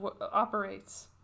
operates